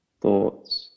thoughts